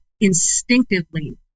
instinctively